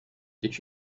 did